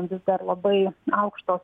vis dar labai aukštos